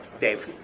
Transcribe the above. Dave